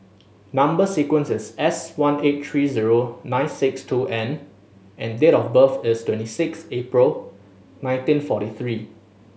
number sequence is S one eight three zero nine six two N and date of birth is twenty six April nineteen forty three